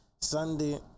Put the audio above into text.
Sunday